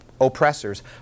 oppressors